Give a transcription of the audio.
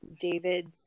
David's